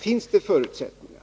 Finns det förutsättningar,